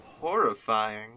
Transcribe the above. horrifying